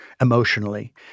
emotionally